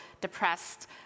depressed